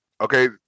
Okay